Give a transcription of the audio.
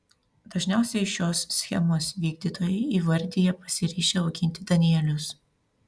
dažniausiai šios schemos vykdytojai įvardija pasiryžę auginti danielius